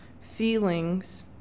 feelings